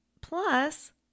Plus